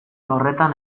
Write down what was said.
horretan